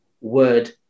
word